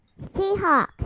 Seahawks